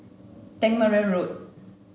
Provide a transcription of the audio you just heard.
Tangmere Road